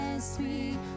sweet